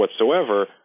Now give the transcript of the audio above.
whatsoever